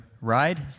ride